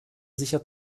sicher